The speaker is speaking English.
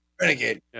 Renegade